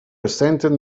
resented